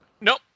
Nope